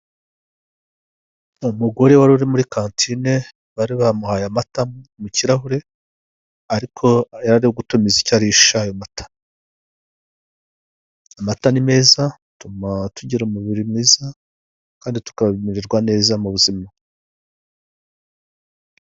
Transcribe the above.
Umugore wari uri muri kantine bari bamuhaye amata mu kihure ariko ari gutuza acyo arisha ayo mata. Amata ni meza atuma tugira umubiri mwiza kandi tukabimererwa neza mu buzima.